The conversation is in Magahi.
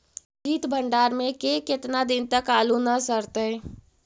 सित भंडार में के केतना दिन तक आलू न सड़तै?